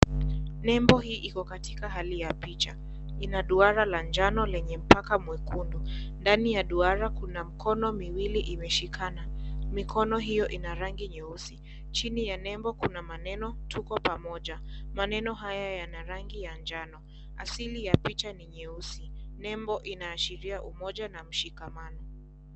Nembo hii iko katika hali ya picha ina duara la njano lenye mpaka mwekundu, ndani ya duara kuna mikono miwili imeshikana, mikono hiyo ina rangi nyeusi, chini ya nembo kuna maneno, Tuko Pamoja, maneno haya yana rangi ya njano, asili ya picha ni nyeusi, nembo inaashiria umoja na mshikamano.